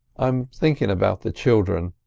i'm thinking about the children,